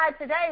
today